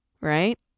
right